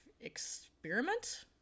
experiment